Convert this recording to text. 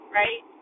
right